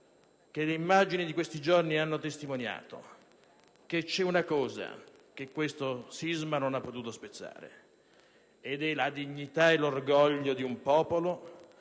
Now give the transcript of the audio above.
che le immagini di questi giorni abbiano testimoniato che c'è qualcosa che questo sisma non ha potuto spezzare: la dignità e l'orgoglio di un popolo,